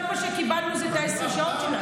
כל מה שקיבלנו הוא עשר השעות שלנו.